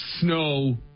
snow